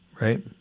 right